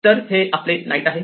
तर हे आपले नाईट आहे